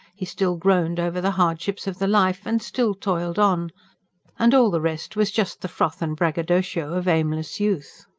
he still groaned over the hardships of the life, and still toiled on and all the rest was just the froth and braggadocio of aimless youth.